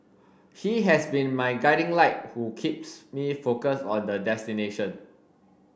he has been my guiding light who keeps me focused on the destination